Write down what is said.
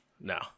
No